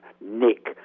Nick